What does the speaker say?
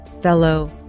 fellow